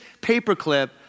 paperclip